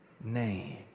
name